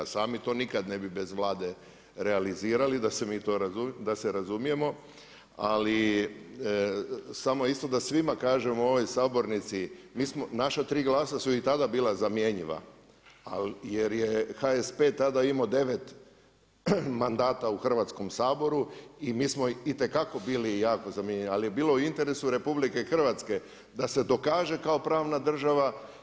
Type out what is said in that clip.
Sami to nikad ne bi bez Vlade realizirali, da se razumijemo, ali samo isto da svima kažem u ovoj sabornici, naša tri glasa su i tada zamjenjiva jer je HSP tada imao 9 mandata u Hrvatskom saboru i mi smo itekako bili jako … ali je bilo u interesu RH da se dokaže kao pravna država.